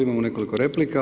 Imamo nekoliko replika.